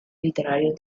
literarios